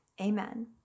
Amen